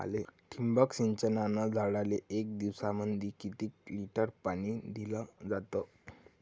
ठिबक सिंचनानं झाडाले एक दिवसामंदी किती लिटर पाणी दिलं जातं?